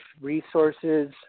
resources